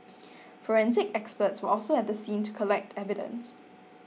forensic experts were also at the scene to collect evidence